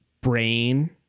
brain